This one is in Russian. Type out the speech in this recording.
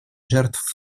жертв